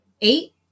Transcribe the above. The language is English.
eight